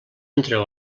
entre